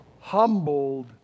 humbled